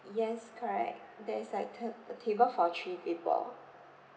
yes correct there is like t~ a table for three people